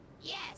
Yes